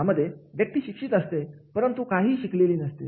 यामध्ये व्यक्ती शिक्षित असते परंतु काहीही शिकलेली नसते